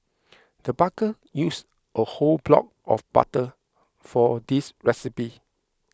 the baker used a whole block of butter for this recipe